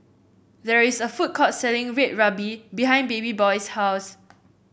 there is a food court selling Red Ruby behind Babyboy's house